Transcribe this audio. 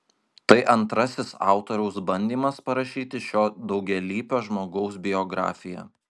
tai antrasis autoriaus bandymas parašyti šio daugialypio žmogaus biografiją